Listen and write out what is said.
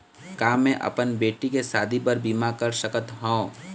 का मैं अपन बेटी के शादी बर बीमा कर सकत हव?